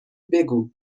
بگو